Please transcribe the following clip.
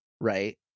right